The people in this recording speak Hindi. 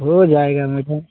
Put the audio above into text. हो जाएगा मेडम